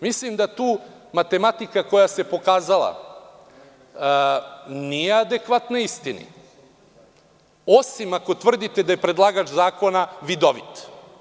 Mislim da tu matematika koja se pokazala nije adekvatna istini, osim ako tvrdite da je predlagač zakona vidovit.